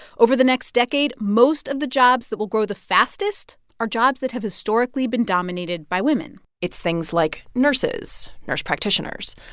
over the next decade, most of the jobs that will grow the fastest are jobs that have historically been dominated by women it's things like nurses, nurse practitioners.